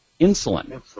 insulin